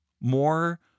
more